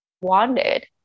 wanted